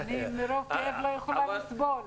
אני מרוב כאב לא יכולה לסבול.